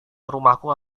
rumahku